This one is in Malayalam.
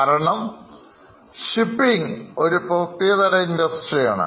കാരണം ഷിപ്പിംഗ് ഒരു പ്രത്യേകതരം ഇൻഡസ്ട്രിയാണ്